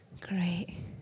great